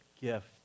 gift